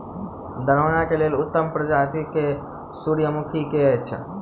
दरभंगा केँ लेल उत्तम प्रजाति केँ सूर्यमुखी केँ अछि?